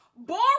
boring